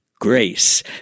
Grace